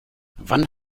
wann